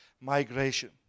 migration